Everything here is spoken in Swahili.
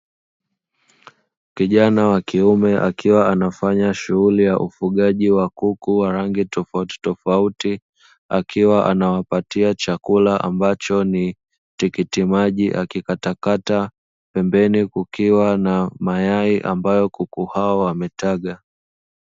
Kijana wa kiume akiwa anafanya shughuli ya ufugaji wa kuku wa rangi tofautitofauti, akiwa anawapatia chakula ambacho ni tikitimaji akikatakata, pembeni kukiwa na mayai ambayo kuku hao wametaga.